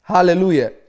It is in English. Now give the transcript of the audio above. Hallelujah